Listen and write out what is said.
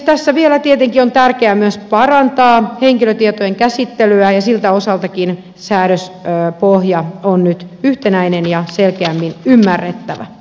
tässä vielä tietenkin on tärkeää myös parantaa henkilötietojen käsittelyä ja siltäkin osalta säädöspohja on nyt yhtenäinen ja selkeämmin ymmärrettävä